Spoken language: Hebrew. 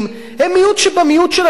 הם מיעוט שבמיעוט של הדברים.